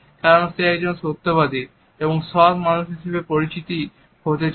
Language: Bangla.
কারণ সে একটি সত্যবাদী এবং সৎ মানুষ হিসেবে পরিচিত হতে চান